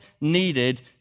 needed